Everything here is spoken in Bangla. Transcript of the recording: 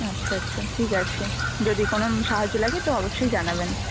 আচ্ছা আচ্ছা ঠিক আছে যদি কোনো সাহায্য লাগে তো অবশ্যই জানাবেন